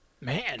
Man